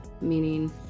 meaning